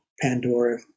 Pandora